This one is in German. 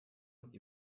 und